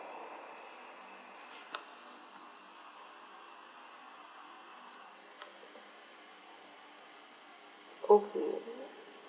okay